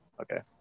okay